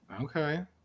okay